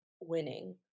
winning